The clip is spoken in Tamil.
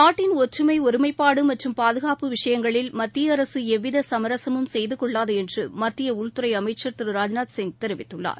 நாட்டின் ஒற்றுமை ஒருமைபாடு மற்றும் பாதுகாப்பு விஷயங்களில் மத்திய அரசு எவ்வித சமரசமும் செய்தகொள்ளாது என்று மத்திய உள்துறை அமைச்சர் திரு ராஜ்நாத் சிங் தெரிவித்துள்ளார்